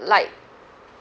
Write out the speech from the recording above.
like